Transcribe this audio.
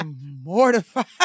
mortified